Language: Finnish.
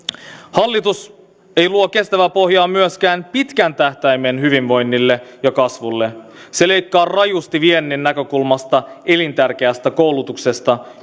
hallitus ei luo kestävää pohjaa myöskään pitkän tähtäimen hyvinvoinnille ja kasvulle se leikkaa rajusti viennin näkökulmasta elintärkeästä koulutuksesta